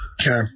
Okay